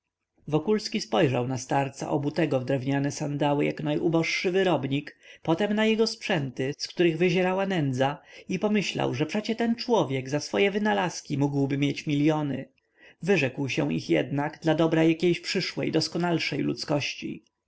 wytartą wokulski spojrzał na starca obutego w drewniane sandały jak najuboższy wyrobnik potem na jego sprzęty z których wyzierała nędza i pomyślał że przecie ten człowiek za swoje wynalazki mógłby mieć miliony wyrzekł się ich jednak dla dobra jakiejś przyszłej doskonalszej ludzkości